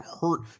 hurt